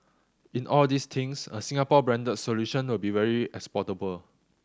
in all these things a Singapore branded solution will be very exportable